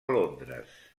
londres